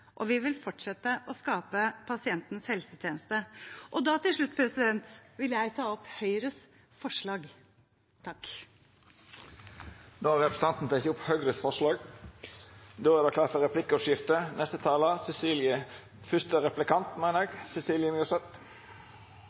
og vi vil fortsette å skape pasientens helsetjeneste. Til slutt vil jeg ta opp Høyres forslag. Representanten Tone Wilhelmsen Trøen har teke opp dei forslaga ho refererte til. Det vert replikkordskifte.